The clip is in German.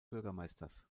bürgermeisters